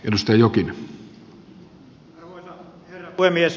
arvoisa herra puhemies